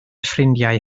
ffrindiau